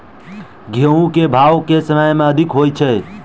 गेंहूँ केँ भाउ केँ समय मे अधिक होइ छै?